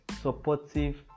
supportive